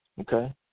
Okay